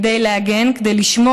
כמו שאנחנו פה היום,